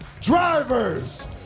drivers